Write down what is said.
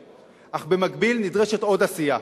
אך במקביל נדרשת עוד עשייה,